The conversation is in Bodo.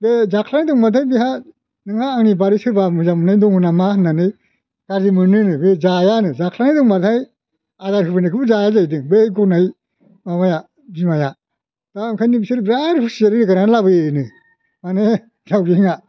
बे जाख्ल'नाय दंबाथाय बेहा नोंहा आंनि बादै सोरबा मोजां मोननाय दङ नामा होननानै गाज्रि मोनोनो बे जायानो जाख्ल'नाय दंबाथाय आदार होफैनायखौबो जाया जाहैदों बै गनाय माबाया बिमाया दा ओंखायनो बिसोर बिराद हुसियारै रोगानानै लाबोयो नो माने दावजेंआ